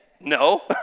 no